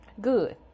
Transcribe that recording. good